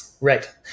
Right